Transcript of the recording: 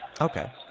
Okay